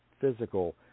physical